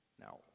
Now